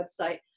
website